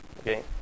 okay